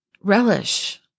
relish